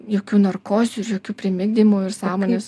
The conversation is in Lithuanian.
jokių narkozių ir jokių primigdymų ir sąmonės